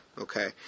okay